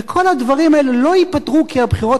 וכל הדברים האלה לא ייפתרו כי הבחירות